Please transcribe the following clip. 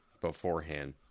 beforehand